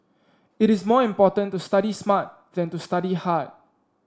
it is more important to study smart than to study hard